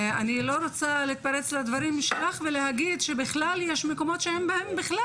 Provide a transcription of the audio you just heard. אני לא רוצה להתפרץ לדברים שלך ולהגיד שיש מקומות שאין בהם בכלל